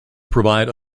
provide